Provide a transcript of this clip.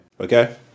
okay